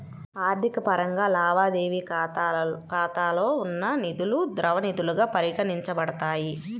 ఆర్థిక పరంగా, లావాదేవీ ఖాతాలో ఉన్న నిధులుద్రవ నిధులుగా పరిగణించబడతాయి